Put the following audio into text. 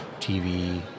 TV